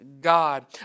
God